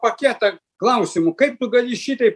paketą klausimų kaip tu gali šitaip